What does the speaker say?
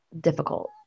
difficult